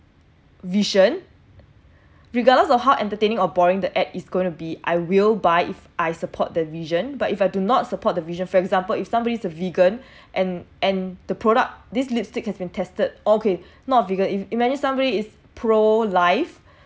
vision regardless of how entertaining or boring the act is gonna be I will buy if I support the vision but if I do not support the vision for example if somebody is a vegan and and the product this lipstick has been tested okay not vegan if imagine somebody is pro-life